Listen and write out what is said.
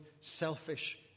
selfish